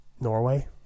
Norway